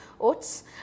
oats